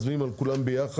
אנחנו מצביעים על כולם ביחד.